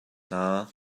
hna